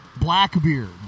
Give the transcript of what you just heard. Blackbeard